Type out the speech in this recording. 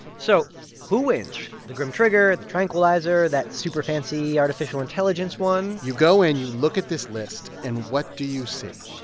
so who wins, the grim trigger, the tranquilizer, that super fancy artificial intelligence one? you go and you look at this list, and what do you see?